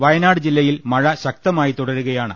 വയനാട് ജില്ലയിൽ മഴ ശക്തമായി തുടരുകയാണ്